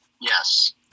yes